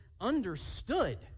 understood